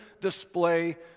display